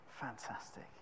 Fantastic